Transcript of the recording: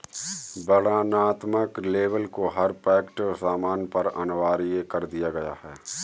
वर्णनात्मक लेबल को हर पैक्ड सामान पर अनिवार्य कर दिया गया है